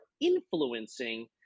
influencing